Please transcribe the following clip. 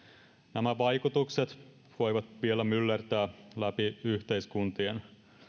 nämä vaikutukset voivat vielä myllertää läpi yhteiskuntien